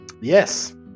Yes